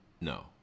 no